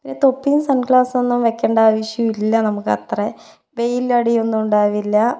പിന്നെ തൊപ്പിയും സൺഗ്ലാസ്സൊന്നും വെക്കണ്ട ആവശ്യം ഇല്ല നമുക്ക് അത്ര വെയിലടിയൊന്നും ഉണ്ടാവില്ല